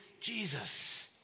Jesus